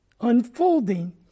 unfolding